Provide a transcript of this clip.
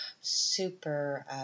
super